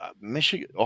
Michigan